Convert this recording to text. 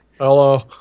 Hello